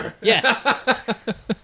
Yes